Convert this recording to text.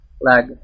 lag